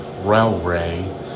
Railway